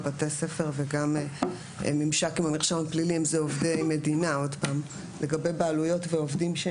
בתי הספר וגם בממשק עם המרשם הפלילי במידה ומדובר בעובדי מדינה.